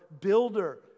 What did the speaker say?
builder